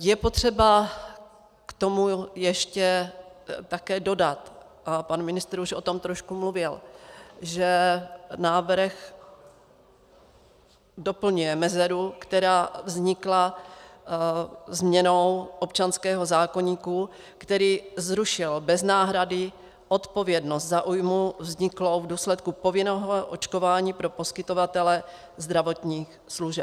Je potřeba k tomu ještě také dodat, a pan ministr už o tom trošku mluvil, že návrh doplňuje mezeru, která vznikla změnou občanského zákoníku, který zrušil bez náhrady odpovědnost za újmu vzniklou v důsledku povinného očkování pro poskytovatele zdravotních služeb.